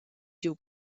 giu